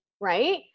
right